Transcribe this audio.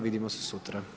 Vidimo se sutra.